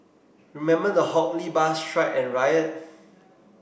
remember the Hock Lee bus strike and riot